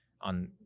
on